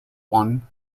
one